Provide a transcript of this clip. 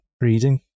reading